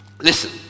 Listen